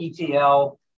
etl